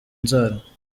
nzara